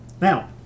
Now